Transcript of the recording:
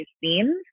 themes